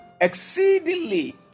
Exceedingly